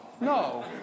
no